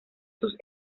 sus